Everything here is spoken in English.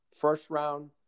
first-round